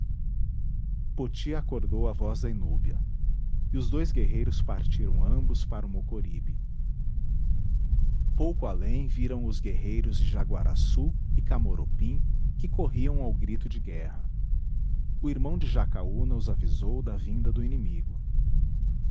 encontro poti acordou a voz da inúbia e os dois guerreiros partiram ambos para o mocoribe pouco além viram os guerreiros de jaguaraçu e camoropim que corriam ao grito de guerra o irmão de jacaúna os avisou da vinda do inimigo